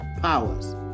Powers